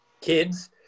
Kids